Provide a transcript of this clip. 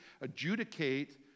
adjudicate